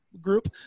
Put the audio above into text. group